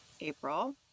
April